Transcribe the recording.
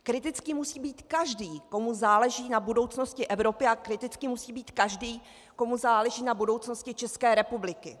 Kritický musí být každý, komu záleží na budoucnosti Evropy, a kritický musí být každý, komu záleží na budoucnosti České republiky.